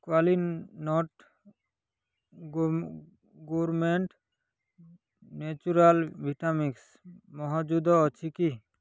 Qualinut government natural Vitamix ମହଜୁଦ ଅଛି କି